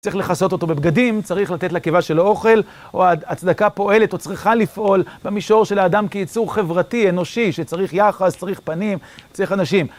צריך לכסות אותו בבגדים, צריך לתת לקיבה שלו אוכל, או הצדקה פועלת, או צריכה לפעול במישור של האדם כיצור חברתי, אנושי, שצריך יחס, צריך פנים, צריך אנשים.